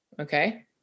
Okay